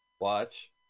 Watch